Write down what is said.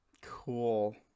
Cool